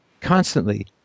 constantly